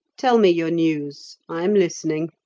tell me your news. i am listening.